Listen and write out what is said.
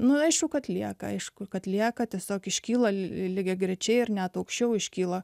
nu aišku kad lieka aišku kad lieka tiesiog iškyla lygiagrečiai ir net aukščiau iškyla